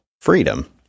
freedom